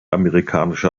amerikanische